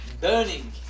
burning